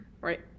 Right